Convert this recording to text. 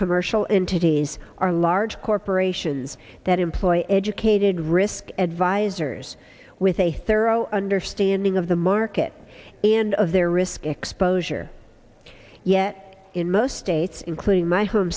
commercial entities are large corporations that employ educated risk advisors with a thorough understanding of the market and of their risk exposure yet in most states including my home